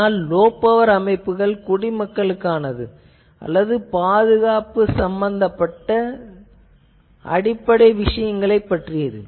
ஆனால் low power அமைப்புகள் குடிமக்களுக்கானது அல்லது பாதுகாப்பு சம்பந்தமான தேவைகள் பற்றியது